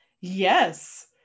yes